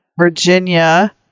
Virginia